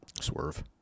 swerve